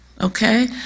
okay